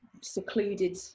secluded